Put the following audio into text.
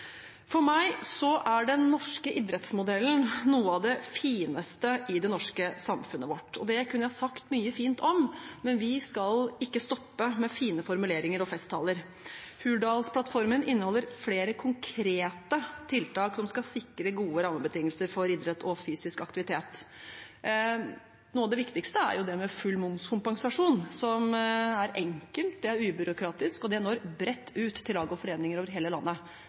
for. For meg er den norske idrettsmodellen noe av det fineste i det norske samfunnet. Det kunne jeg sagt mye fint om, men vi skal ikke stoppe ved fine formuleringer og festtaler. Hurdalsplattformen inneholder flere konkrete tiltak som skal sikre gode rammebetingelser for idrett og fysisk aktivitet. Noe av det viktigste er det med full momskompensasjon, som er enkelt, ubyråkratisk og når bredt ut til lag og foreninger over hele landet.